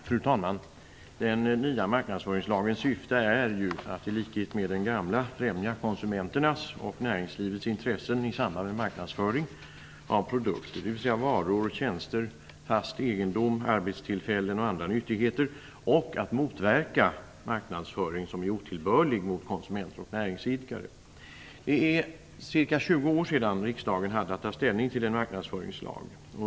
Fru talman! Den nya marknadsföringslagens syfte är, i likhet med den gamla, att främja konsumenternas och näringslivets intressen i samband med marknadsföring av produkter - dvs. varor, tjänster, fast egendom, arbetstillfällen och andra nyttigheter - och att motverka marknadsföring som är otillbörlig mot konsumenter och näringsidkare. Det är ca 20 år sedan riksdagen hade att ta ställning till en marknadsföringslag.